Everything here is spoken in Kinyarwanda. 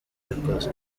yakoze